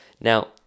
Now